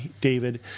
David